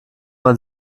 man